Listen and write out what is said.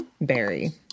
berry